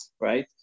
Right